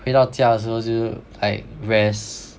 回到家的时候就 like rest